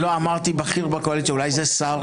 אמרתי בכיר בקואליציה, אולי זה שר.